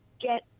get